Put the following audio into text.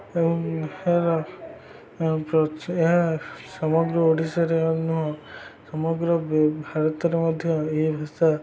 ଏବଂ ଏହାର ଏହା ସମଗ୍ର ଓଡ଼ିଶାରେ ନୁହଁ ସମଗ୍ର ଭାରତରେ ମଧ୍ୟ ଏହି ଭାଷା